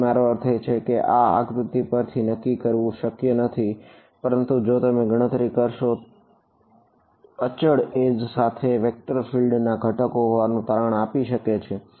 તેથી મારો અર્થ એ છે કે તે આ આકૃતિ પરથી નક્કી કરવું શક્ય નથી પરંતુ જો તમે ગણતરી કરશો અચળ એજ ના ઘટકો હોવાનું તરણ આપે છે